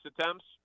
attempts